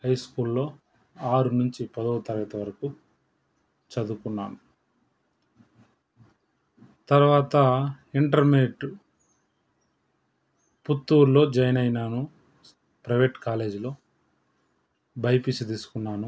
హైస్కూల్లో ఆరు నుంచి పదవ తరగతి వరకు చదువుకున్నాను తర్వాత ఇంటర్మీడియట్ పుత్తూర్లో జాయిన్ అయినాను ప్రైవేట్ కాలేజీలో బైపిసి తీసుకున్నాను